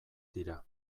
dira